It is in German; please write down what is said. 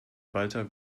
walter